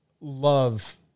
love